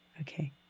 Okay